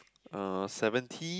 uh seventy